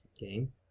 game